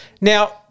Now